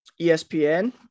ESPN